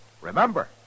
Remember